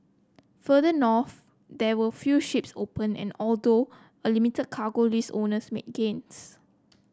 further north there were few ships open and although a limited cargo list owners made gains